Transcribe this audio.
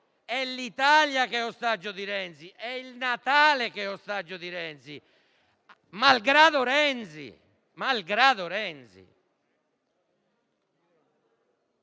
è l'Italia a essere ostaggio di Renzi, è il Natale a essere ostaggio di Renzi, malgrado Renzi.